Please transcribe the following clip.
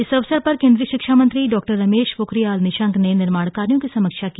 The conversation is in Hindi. इस अवसर पर केंद्रीय शिक्षा मंत्री डॉ रमेश पोखरियाल निशंक ने निर्माण कार्यों की समीक्षा की